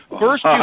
First